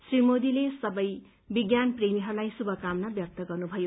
श्री मोदीले सबै विज्ञान प्रेमीहरूलाई श्रुभक्रमना व्यक्त गर्नुभयो